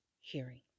hearing